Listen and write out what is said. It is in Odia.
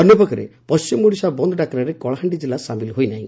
ଅନ୍ୟପକ୍ଷରେ ପଣ୍କିମ ଓଡ଼ିଶା ବନ୍ଦ୍ ଡାକରାରେ କଳାହାଣ୍ଡି କିଲ୍ଲା ସାମିଲ୍ ହୋଇ ନାହି